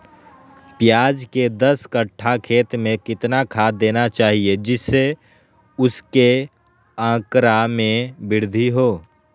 प्याज के दस कठ्ठा खेत में कितना खाद देना चाहिए जिससे उसके आंकड़ा में वृद्धि हो?